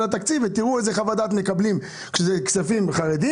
ואתם תראו איזה חוות דעת מקבלים כאשר זה נוגע לכספים לחרדים